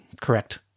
correct